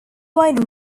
wide